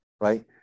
right